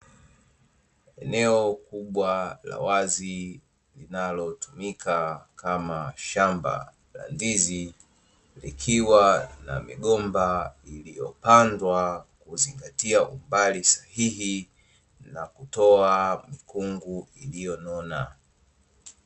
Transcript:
Eneo kubwa la wazi linalotumika kama shamba la ndizi, likiwa na migomba iliyopandwa kuzingatia umbali sahihi na kutoa mikungu iliyonona.